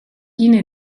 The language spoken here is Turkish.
yine